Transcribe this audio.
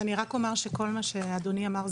אני רק אומר שכל מה שאדוני אמר,